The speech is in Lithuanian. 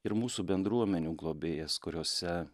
ir mūsų bendruomenių globėjas kuriose